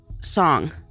Song